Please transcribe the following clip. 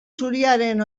zuriaren